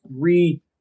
three